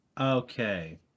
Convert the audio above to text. Okay